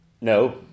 No